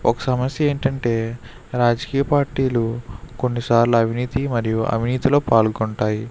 ఒక సమస్య ఏంటంటే రాజకీయ పార్టీలు కొన్ని సార్లు అవినీతి మరియు అవినీతిలో పాల్గొంటాయి